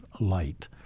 light